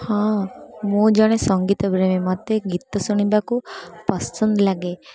ହଁ ମୁଁ ଜଣେ ସଂଗୀତ ପ୍ରେମୀ ମୋତେ ଗୀତ ଶୁଣିବାକୁ ପସନ୍ଦ ଲାଗେ